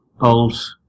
old